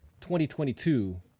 2022